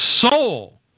soul